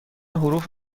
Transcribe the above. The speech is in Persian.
حروف